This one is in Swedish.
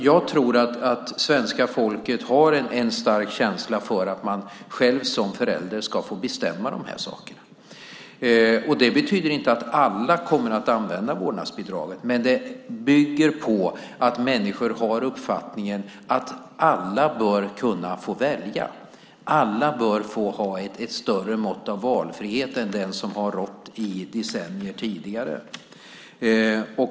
Jag tror att svenska folket har en stark känsla för att man själv som förälder ska få bestämma i de här sakerna. Det betyder inte att alla kommer att använda vårdnadsbidraget, men det bygger på att människor har uppfattningen att alla bör kunna få välja, alla bör få ett större mått av valfrihet än det som har rått i decennier tidigare.